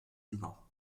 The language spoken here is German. über